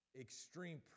extreme